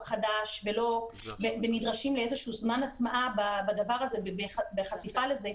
חדש ונדרשים לזמן הטמעה בדבר הזה ובחשיפה לזה,